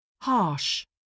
Harsh